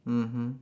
mmhmm